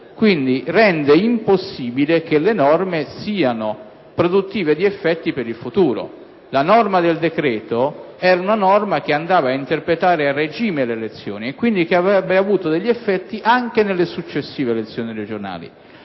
quindi rende impossibile che le norme siano produttive di effetti per il futuro. La norma del decreto era una norma che andava ad interpretare a regime le elezioni e, quindi, avrebbe avuto effetti anche nelle successive elezioni regionali.